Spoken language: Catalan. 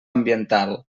ambiental